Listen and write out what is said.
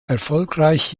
erfolgreich